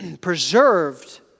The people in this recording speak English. preserved